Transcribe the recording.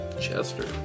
Chester